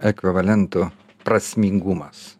ekvivalentu prasmingumas